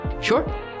Sure